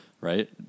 right